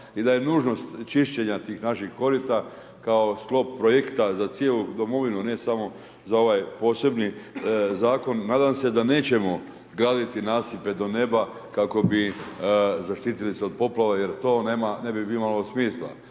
i da je nužnost čišćenja tih naših korita, kao sklop projekta za cijelu domovinu ne samo za ovaj posebni zakon. Nadam se da nećemo graditi nasipe do neba kako bi zaštitili se od poplava jer to ne bi imalo smisla.